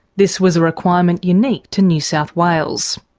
this was a requirement unique to new south wales.